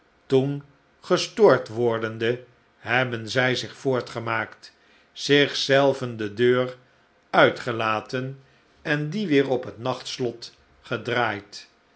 toen gestoord wordende hebben zij zich voortgemaakt zich zelven de deur uitgelaten en die weer op het nachtslot gedraaid